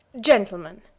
Gentlemen